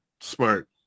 Smart